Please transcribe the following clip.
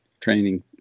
training